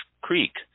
Creek